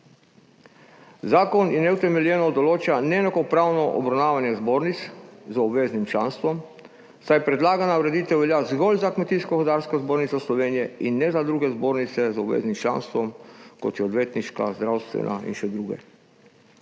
Zakon neutemeljeno določa neenakopravno obravnavanje zbornic z obveznim članstvom, saj predlagana ureditev velja zgolj za Kmetijsko gozdarsko zbornico Slovenije in ne za druge zbornice z obveznim članstvom, kot so odvetniška, zdravstvena in še druge.